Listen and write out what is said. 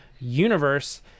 Universe